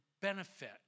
benefit